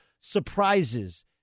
surprises